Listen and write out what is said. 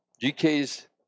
GK's